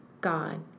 God